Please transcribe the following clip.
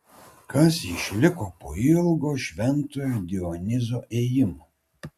kas išliko po ilgo šventojo dionizo ėjimo